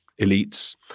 elites